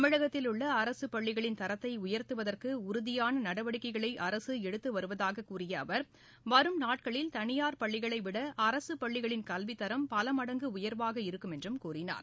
தமிழகத்தில் உள்ள அரசுப்பள்ளிகளின் தரத்தை உயர்த்துவதற்கு உறுதியான நடவடிக்கைகளை அரசு எடுத்து வருவதாக கூறிய அவர் வரும் நாட்களில் தனியார் பள்ளிகளைவிட அரசுப்பள்ளிகளின் கல்வித்தரம் பல மடங்கு உயர்வாக இருக்கும் என்றும் கூறினார்